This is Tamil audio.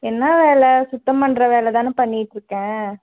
என்ன வேலை சுத்தம் பண்ணுற வேலை தானே பண்ணிகிட்டுருக்கேன்